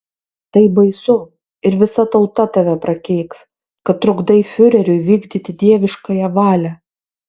tai baisu ir visa tauta tave prakeiks kad trukdai fiureriui vykdyti dieviškąją valią